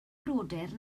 brodyr